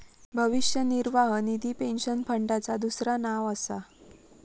भविष्य निर्वाह निधी पेन्शन फंडाचा दुसरा नाव असा